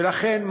ולכן,